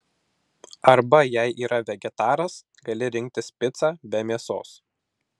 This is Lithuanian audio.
arba jei yra vegetaras gali rinktis picą be mėsos